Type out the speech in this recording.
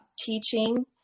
teaching